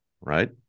right